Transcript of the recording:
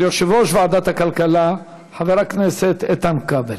של יושב-ראש ועדת הכלכלה חבר הכנסת איתן כבל.